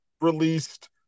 released